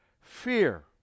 Fear